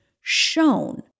shown